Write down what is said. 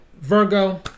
Virgo